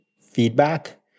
feedback